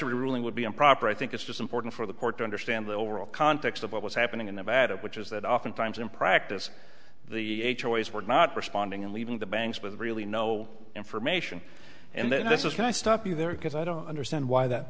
ruling would be improper i think it's just important for the court to understand the overall context of what was happening in nevada which is that oftentimes in practice the choice were not responding and leaving the banks with really no information and then this is can i stop you there because i don't understand why that